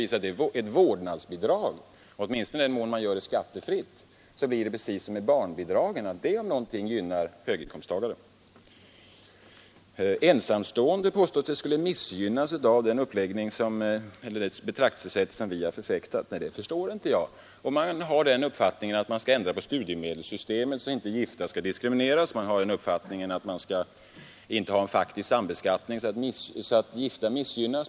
Vidare är det med ett vårdnadsbidrag — i varje fall i den mån man gör det skattefritt — precis som med barnbidraget: det, om någonting, gynnar höginkomsttagare. Det påstås att ensamstående skulle missgynnas i dag av det betraktelsesätt som vi förfäktat. Det förstår inte jag. Vi har den uppfattningen att man skall ändra på studiemedelssystemet så att inte gifta diskrimineras. Vi vill inte ha en faktisk sambeskattning så att gifta missgynnas.